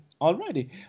Alrighty